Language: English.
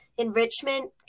enrichment